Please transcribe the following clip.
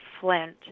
Flint